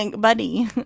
buddy